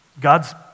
God's